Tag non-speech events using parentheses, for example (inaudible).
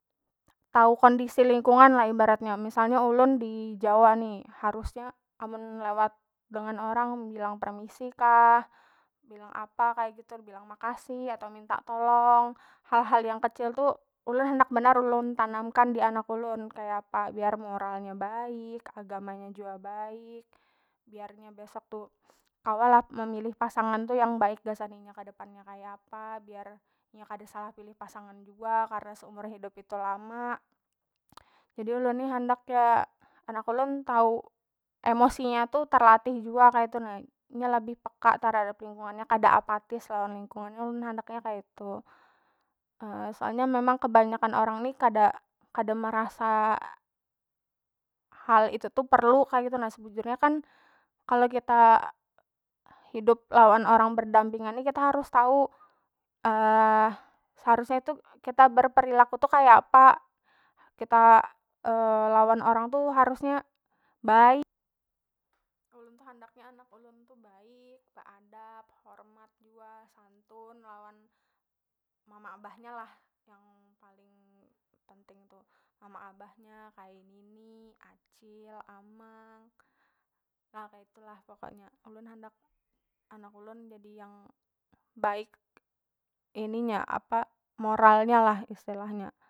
Tau kondisi lingkungan lah ibaratnya misalnya ulun di jawa ni harusnya lewat dengan orang bilang permisi kah bilang apa kaya gitu bilang makasih atau minta tolong hal- hal yang kecil tu ulun handak tanamkan dianak ulun kaya apa biar moral nya baik agama nya jua baik biar nya besok tu kawa lah memilih pasangan tu yang baik gasan inya kedepannya kaya apa biar inya kada salah pilih pasangan jua karna seumur hidup itu lama jadi ulun ni handak ya anak ulun tau emosi nya terlatih jua kaitu na inya lebih peka terhadap lingkungannya kada apatis lawan lingkungannya ulun handak nya kaitu (hesitation) soalnya memang kebanyakan orang ni kada- kada merasa hal itu tu perlu kaya gitu na sebujurnya kan kalo kita hidup lawan orang berdampingan ni kita harus tau (hesitation) seharusnya itu kita berperilaku tu kaya apa kita (hesitation) lawan orang tu harusnya baik. Ulun tu handaknya anak ulun tu baik beadap hormat jua santun lawan mama abahnya lah yang paling penting tu mama abahnya kai nini acil amang ya kaitu lah pokoknya ulun handak anak ulun jadi yang baik ini nya moralnya lah istilahnya.